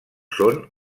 són